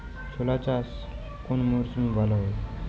ছোলা চাষ কোন মরশুমে ভালো হয়?